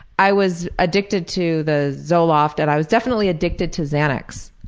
i was addicted to the zoloft and i was definitely addicted to xanax.